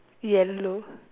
yellow